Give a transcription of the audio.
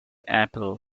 apple